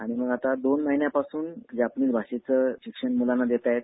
आणि मग आता दोन महिन्यापासून जापनीज् भाषेचं शिक्षण मुलांना देतायेत